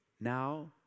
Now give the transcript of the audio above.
Now